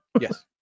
Yes